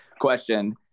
question